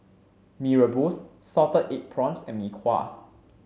Mee Rebus Salted Egg Prawns and Mee Kuah